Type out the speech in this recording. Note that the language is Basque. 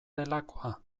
delakoa